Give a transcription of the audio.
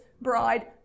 bride